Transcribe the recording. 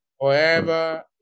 forever